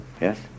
Yes